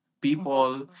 people